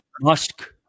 Musk